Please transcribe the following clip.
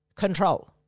control